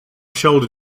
shoulder